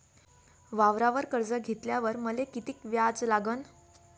वावरावर कर्ज घेतल्यावर मले कितीक व्याज लागन?